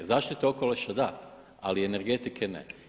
Zaštita okoliša da, ali energetike ne.